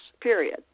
period